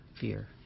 fear